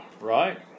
right